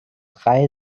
drei